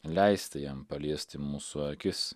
leisti jam paliesti mūsų akis